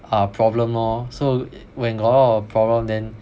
uh problem lor so when got a lot of problem then